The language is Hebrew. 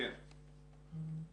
קודם כול,